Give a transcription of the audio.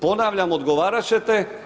Ponavljam, odgovarat ćete.